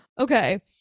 okay